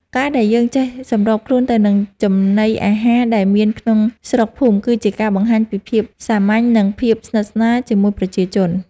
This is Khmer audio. ការដែលយើងចេះសម្របខ្លួនទៅតាមចំណីអាហារដែលមានក្នុងស្រុកភូមិ គឺជាការបង្ហាញពីភាពសាមញ្ញ និងភាពស្និទ្ធស្នាលជាមួយប្រជាជន។